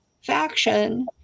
faction